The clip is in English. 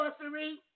sorcery